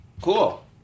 Cool